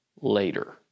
later